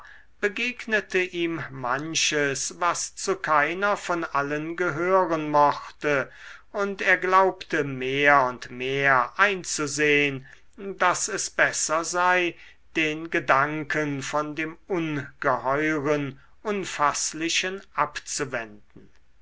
begegnete ihm manches was zu keiner von allen gehören mochte und er glaubte mehr und mehr einzusehn daß es besser sei den gedanken von dem ungeheuren unfaßlichen abzuwenden